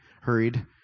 hurried